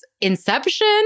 inception